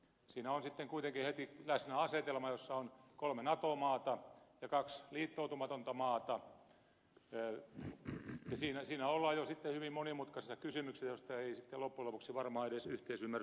siinä on sitten kuitenkin heti läsnä asetelma jossa on kolme nato maata ja kaksi liittoutumatonta maata ja siinä ollaan jo sitten hyvin monimutkaisissa kysymyksissä joista ei sitten loppujen lopuksi varmaan edes yhteisymmärrystä synny